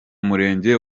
murenge